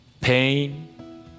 pain